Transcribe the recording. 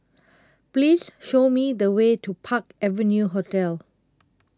Please Show Me The Way to Park Avenue Hotel